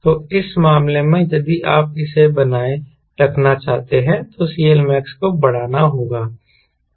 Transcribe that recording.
तो इस मामले में यदि आप इसे बनाए रखना चाहते हैं तो CLmax को बढ़ाना होगा